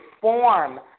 form